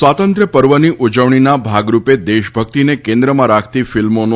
સ્વાતંત્ર્ય પર્વની ઉજવણીના ભાગરૂપે દેશભક્તિને કેન્દ્રમાં રાખતી ફિલ્મોનો